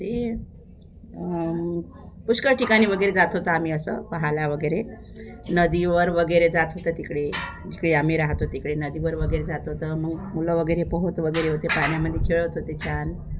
ते पुष्कळ ठिकाणी वगैरे जात होतं आम्ही असं पाहायला वगैरे नदीवर वगैरे जात होतं तिकडे जिकडे आम्ही राहतो तिकडे नदीवर वगैरे जात होतो मग मुलं वगैरे पोहत वगैरे होते पाण्यामध्ये खेळत होते छान